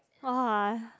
!wah!